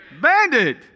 Bandit